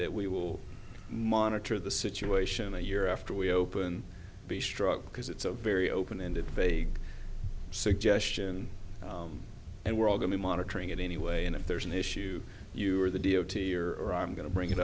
that we will monitor the situation a year after we open be struck because it's a very open ended vague suggestion and we're all going to be monitoring it anyway and if there's an issue you are the d o t or i'm going to bring it